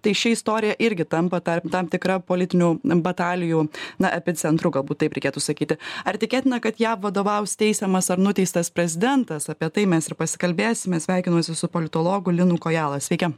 tai ši istorija irgi tampa tam tam tikra politinių batalijų na epicentru galbūt taip reikėtų sakyti ar tikėtina kad jav vadovaus teisiamas ar nuteistas prezidentas apie tai mes ir pasikalbėsimės sveikinuosi su politologu linu kojala sveiki